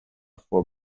for